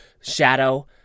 shadow